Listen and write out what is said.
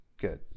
Good